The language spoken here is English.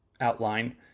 outline